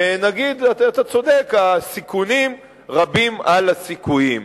נגיד: אתה צודק, הסיכונים רבים מהסיכויים.